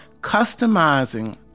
customizing